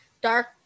dark